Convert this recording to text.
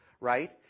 Right